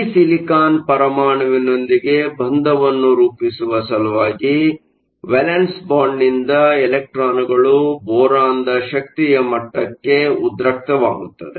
ಈ ಸಿಲಿಕಾನ್ ಪರಮಾಣುವಿನೊಂದಿಗೆ ಬಂಧವನ್ನು ರೂಪಿಸುವ ಸಲುವಾಗಿ ವೇಲೆನ್ಸ್ ಬ್ಯಾಂಡ್ ನಿಂದ ಎಲೆಕ್ಟ್ರಾನ್ಗಳು ಬೋರಾನ್ನ ಶಕ್ತಿಯ ಮಟ್ಟಕ್ಕೆ ಉದ್ರಕ್ತವಾಗುತ್ತದೆ